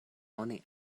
oni